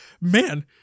man